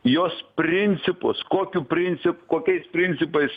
jos principus kokiu principu kokiais principais